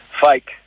fake